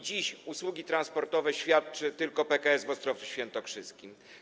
Dziś usługi transportowe świadczy tylko PKS w Ostrowcu Świętokrzyskim.